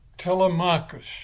Telemachus